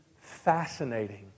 fascinating